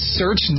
search